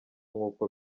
nk’uko